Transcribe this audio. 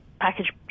package